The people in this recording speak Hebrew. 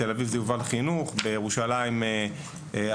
בתל אביב זה "יובל חינוך" ובירושלים זה "לביא",